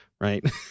right